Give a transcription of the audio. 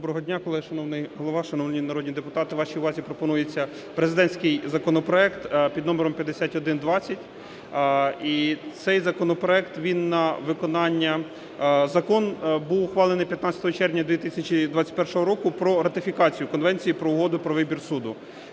Доброго дня, колеги. Шановний Голово, шановні народні депутати! Вашій увазі пропонується президентський законопроект під номером 5120. І цей законопроект, він на виконання… Закон був ухвалений 15 червня 2021 року про ратифікацію Конвенції про угоди про вибір суду.